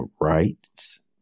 rights